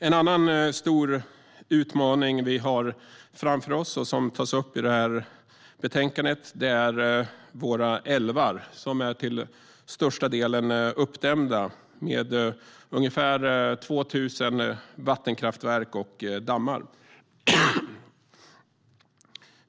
En annan stor utmaning vi har framför oss, och som tas upp i betänkandet, är våra älvar som till största delen är uppdämda med ungefär 2 000 vattenkraftverk och dammar.